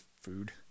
food